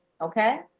Okay